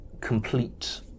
complete